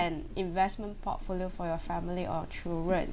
investment portfolio for your family or children